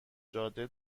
جاده